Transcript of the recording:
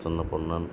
Chinnaponnan